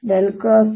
A